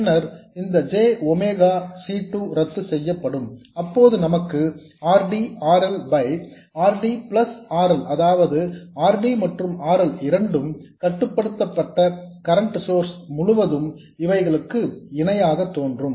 பின்னர் இந்த j omega C 2 ரத்து செய்யப்படும் அப்போது நமக்கு R D R L by R D plus R L அதாவது R D மற்றும் R L இரண்டும் கட்டுப்படுத்தப்பட்ட கரெண்ட் சோர்ஸ் முழுவதும் இவைகளுக்கு இணையாக தோன்றும்